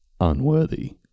unworthy